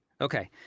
Okay